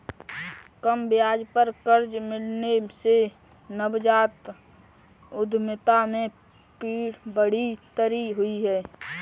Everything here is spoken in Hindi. कम ब्याज पर कर्ज मिलने से नवजात उधमिता में बढ़ोतरी हुई है